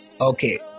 Okay